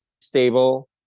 stable